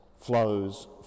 flows